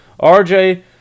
RJ